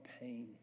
pain